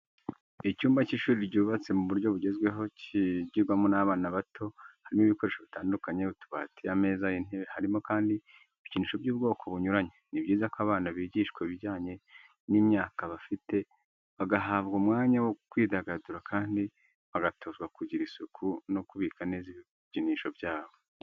Icyumba cy'ishuri cyubatse mu buryo bugezweho kigirwamo n'abana bato harimo ibikoresho bitandukanye: utubati, ameza, intebe harimo kandi ibikinisho by'ubwoko bunyuranye. Ni byiza ko abana bigishwa bijyanye n'imyaka bafite, bagahabwa umwanya wo kwidagadura kandi bagatozwa kugira isuku no kubika neza ibikinisho byabo.